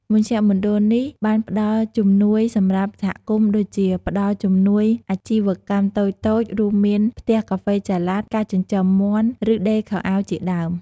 មជ្ឈមណ្ឌលនេះបានផ្ដល់ជំនួយសម្រាប់សហគមន៍ដូចជា ផ្ដល់់ជំនួយអាជីវកម្មតូចៗ រួមមាន ផ្ទះកាហ្វេចល័ត ការចិញ្ចឹមមាន់ ឬ ដេរខោអាវជាដើម។